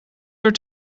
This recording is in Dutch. uur